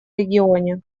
регионе